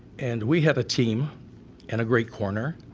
and we had a team and a great corner,